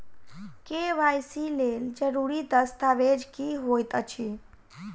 KYC लेल जरूरी दस्तावेज की होइत अछि?